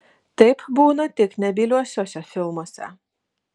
taip būna tik nebyliuosiuose filmuose